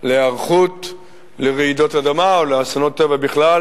להיערכות לרעידות אדמה או לאסונות טבע בכלל